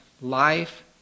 life